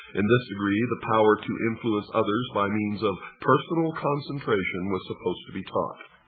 in this degree the power to influence others by means of personal concentration was supposed to be taught.